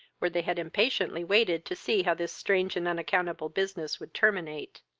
where they had impatiently waited to see how this strange and unaccountable business would terminate.